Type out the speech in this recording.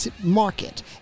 market